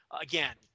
again